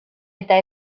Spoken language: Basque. eta